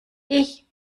ich